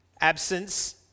absence